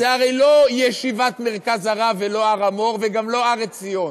זו הרי לא ישיבת מרכז-הרב ולא הר-המור וגם לא הר-עציון,